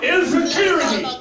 Insecurity